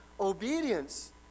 obedience